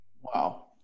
Wow